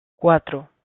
cuatro